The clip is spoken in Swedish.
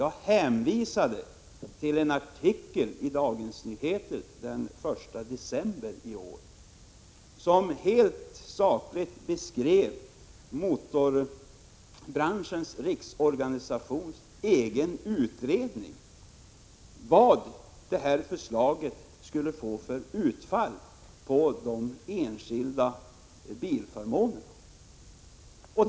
Jag hänvisade till en artikel i Dagens Nyheter den 1 december i år. Artikeln beskrev helt sakligt Motorbranschens riksorganisations egen utredning om vilket utfall det föreslagna systemet skulle få på de enskilda bilförmånerna.